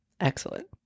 Excellent